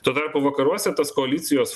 tuo tarpu vakaruose tas koalicijos